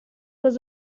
was